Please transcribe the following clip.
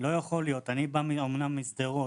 אני בא אומנם משדרות,